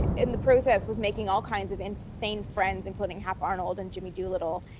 in the process was making all kinds of insane friends, including hap arnold and jimmy doolittle.